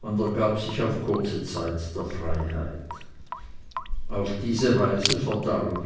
und ergab sich auf kurze zeit der freiheit auf diese weise verdarb